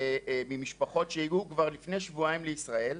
ממשפחות שהגיעו כבר לפני שבועיים בישראל,